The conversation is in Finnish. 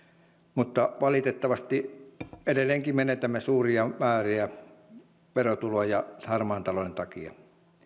mutta valitettavasti edelleenkin menetämme suuria määriä verotuloja harmaan talouden takia